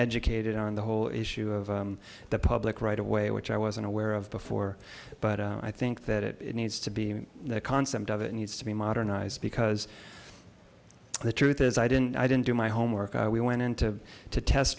educated on the whole issue of the public right of way which i wasn't aware of before but i think that it needs to be a concept of it needs to be modernized because the truth is i didn't i didn't do my homework i went in to to test